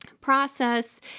process